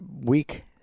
week